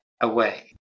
away